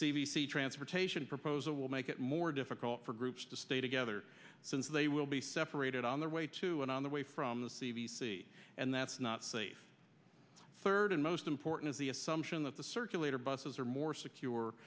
c transportation proposal will make it more difficult for groups to stay together since they will be separated on their way to and on the way from the c d c and that's not safe third and most important is the assumption that the circulator buses are more secure